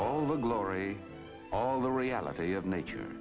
all the glory all the reality of nature